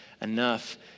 enough